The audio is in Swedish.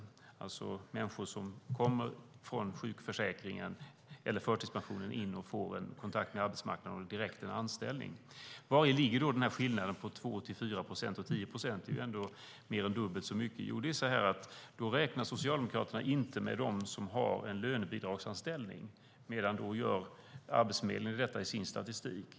Det är alltså människor som kommer från sjukförsäkringen eller förtidspensionen och får en kontakt med arbetsmarknaden och en anställning direkt. Vari ligger då denna skillnad mellan 2-4 procent och 10 procent? Det är ändå mer än dubbelt så mycket. Det är på följande sätt: Socialdemokraterna räknar inte med dem som har en lönebidragsanställning, medan Arbetsförmedlingen gör det i sin statistik.